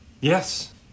Yes